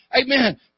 amen